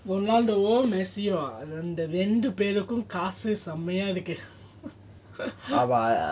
ரொனால்டோவோமெஸ்சிஅந்தஓரெண்டுபேருக்கும்காசுசெமயாஇருக்கு:ronaldavo messi andha renduperukum kaasu semaya iruku